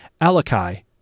Alakai